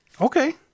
Okay